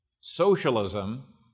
Socialism